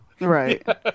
Right